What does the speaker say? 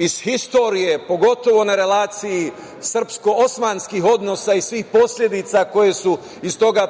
iz historije, pogotovo na relaciji srpsko-osmanskih odnosa i svih posledica koje su iz toga